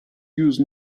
use